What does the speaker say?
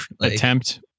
attempt